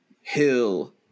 Hill